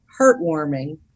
heartwarming